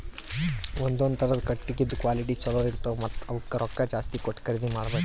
ಒಂದೊಂದ್ ಥರದ್ ಕಟ್ಟಗಿದ್ ಕ್ವಾಲಿಟಿ ಚಲೋ ಇರ್ತವ್ ಮತ್ತ್ ಅವಕ್ಕ್ ರೊಕ್ಕಾ ಜಾಸ್ತಿ ಕೊಟ್ಟ್ ಖರೀದಿ ಮಾಡಬೆಕ್